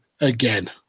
again